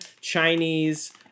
chinese